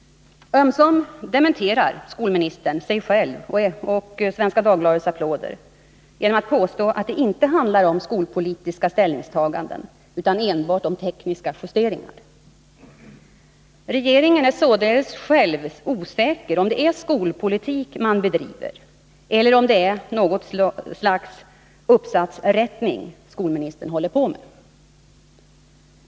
Ömsom dementerar skolministern sig själv och Svenska Dagbladets applåder genom att påstå att det inte handlar om skolpolitiska ställningstaganden utan enbart om tekniska justeringar. Regeringen är således själv osäker om det är skolpolitik man bedriver eller om det är något slags uppsatsrättning skolministern håller på med.